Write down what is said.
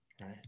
right